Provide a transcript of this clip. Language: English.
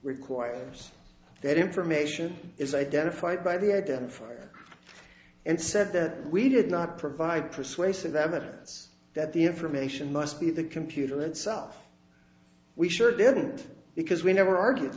requires that information is identified by the identifier and said that we did not provide persuasive evidence that the information must be the computer itself we sure didn't because we never argued